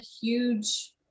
huge